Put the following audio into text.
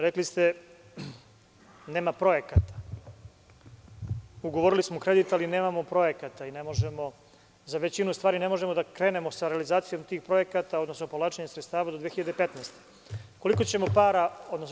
Rekli ste – nema projekat, ugovorili smo kredit ali nemamo projekat, za većinu stvari ne možemo da krenemo sa realizacijom tih projekata odnosno povlačenje sredstava do 2015. godine.